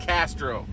Castro